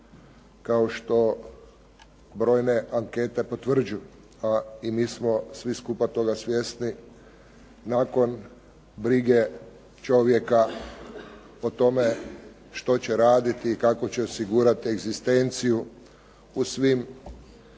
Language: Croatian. kao što brojne ankete potvrđuju, a i mi smo svi skupa toga svjesni nakon brige čovjeka o tome što će raditi i kako će osigurati egzistenciju u svim